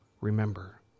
Remember